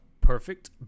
Perfect